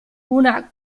una